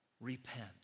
repent